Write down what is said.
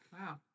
Wow